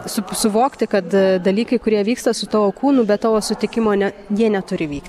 su suvokti kad dalykai kurie vyksta su tavo kūnu be tavo sutikimo ne jie neturi vykti